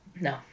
No